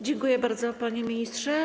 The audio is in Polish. Dziękuję bardzo, panie ministrze.